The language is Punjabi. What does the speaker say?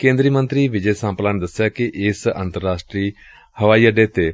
ਕੇਂਦਰੀ ਮੰਤਰੀ ਵਿਜੈ ਸਾਂਪਲਾ ਨੇ ਦਸਿਆ ਕਿ ਇਸ ਅੰਤਰਰਾਸਟਰੀ ਏਅਰਪੋਰਟ ਤੇ